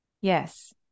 Yes